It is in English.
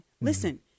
Listen